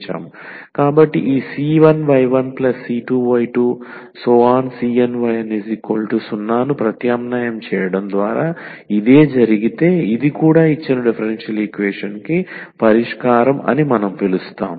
కాబట్టి ఈ c1y1c2y2⋯cnyn0 ను ప్రత్యామ్నాయం చేయడం ద్వారా ఇదే జరిగితే ఇది కూడా ఇచ్చిన డిఫరెన్షియల్ ఈక్వేషన్ కి పరిష్కారం అని మనం పిలుస్తాము